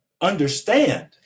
understand